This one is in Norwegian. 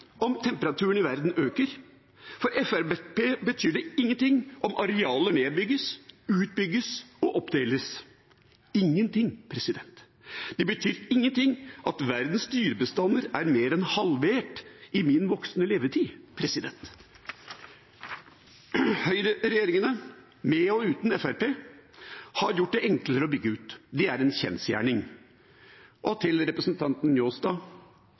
om arealer nedbygges, utbygges og oppdeles – ingenting. Det betyr ingenting at verdens dyrebestander er mer enn halvert i min voksne levetid. Høyreregjeringene, med og uten Fremskrittspartiet, har gjort det enklere å bygge ut. Det er en kjensgjerning. Til representanten Njåstad: